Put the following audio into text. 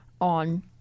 on